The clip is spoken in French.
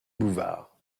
bouvard